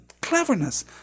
cleverness